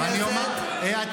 אתה מייצג את הבוחרים שלך.